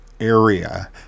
area